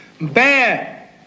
Bad